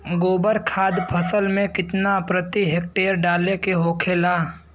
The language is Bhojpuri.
गोबर खाद फसल में कितना प्रति हेक्टेयर डाले के होखेला?